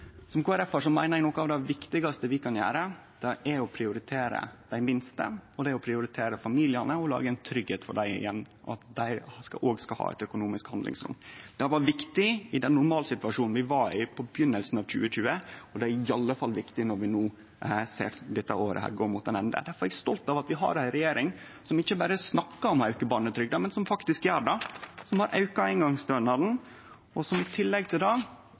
å prioritere familiane og lage tryggleik for dei gjennom at dei òg skal ha eit økonomisk handlingsrom. Det var viktig i den normalsituasjonen vi var i i byrjinga av 2020, og det er iallfall viktig når vi no ser dette året gå mot ein ende. Difor er eg stolt av at vi har ei regjering som ikkje berre snakkar om å auke barnetrygda, men som faktisk gjer det, ei regjering som har auka eingongsstønaden, og som i tillegg til